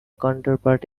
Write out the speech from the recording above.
counterpart